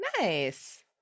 Nice